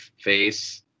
face